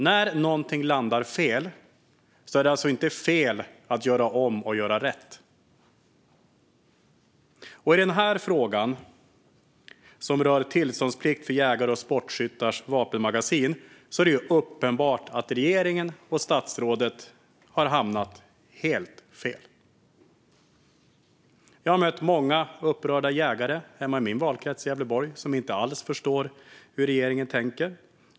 När någonting landar fel är det alltså inte fel att göra om och göra rätt. I frågan som rör tillståndsplikt för jägares och sportskyttars vapenmagasin är det uppenbart att regeringen och statsrådet har hamnat helt fel. Jag har mött många upprörda jägare hemma i min valkrets, Gävleborg, som inte alls förstår hur regeringen tänker.